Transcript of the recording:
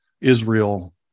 Israel